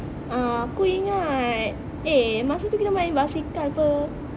ah aku ingat eh masa tu kita main basikal pe